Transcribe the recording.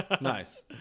Nice